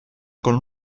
con